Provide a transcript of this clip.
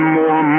more